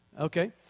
Okay